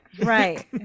Right